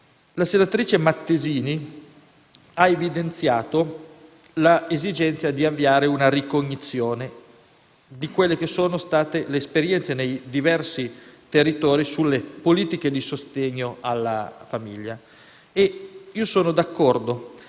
La senatrice Mattesini ha evidenziato l'esigenza di avviare una ricognizione delle esperienze nei diversi territori sulle politiche di sostegno alla famiglia. Io sono d'accordo